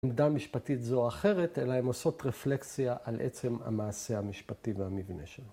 ‫עמדה משפטית זו או אחרת, ‫אלא הם עושות רפלקציה ‫על עצם המעשה המשפטי והמבנה שלו.